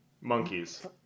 Monkeys